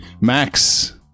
Max